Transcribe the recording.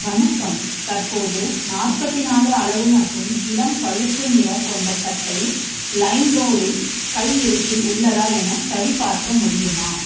வணக்கம் தற்போது நாற்பத்தி நாலு அளவு மற்றும் இளம் பழுப்பு நிறம் கொண்ட சட்டை லைம்ரோடில் கைஇருப்பில் உள்ளதா என சரிபார்க்க முடியுமா